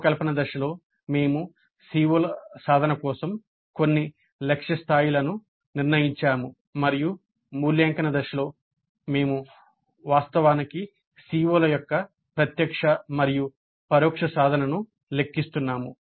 రూపకల్పన దశలో మేము CO ల సాధన కోసం కొన్ని లక్ష్య స్థాయిలను నిర్ణయించాము మరియు మూల్యాంకన దశలో మేము వాస్తవానికి CO ల యొక్క ప్రత్యక్ష మరియు పరోక్ష సాధనను లెక్కిస్తున్నాము